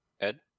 Ed